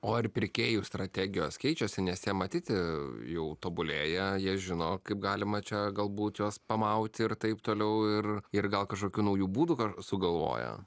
o ar pirkėjų strategijos keičiasi nes jie matyt jau tobulėja jie žino kaip galima čia galbūt juos pamauti ir taip toliau ir ir gal kažkokių naujų būdų dar sugalvoja